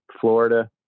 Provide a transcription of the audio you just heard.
Florida